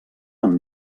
amb